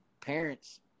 parents